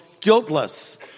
guiltless